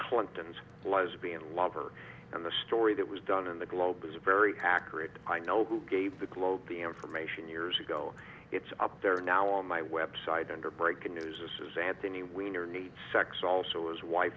clinton's lesbian lover and the story that was done in the globe is very accurate i know who gave the globe the information years ago it's up there now on my website under breaking news this is anthony weiner needs sex also his wife